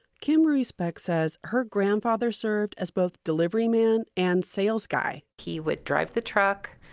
kim ruiz beck says her grandfather served as both delivery man and sales guy he would drive the truck,